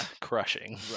crushing